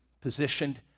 positioned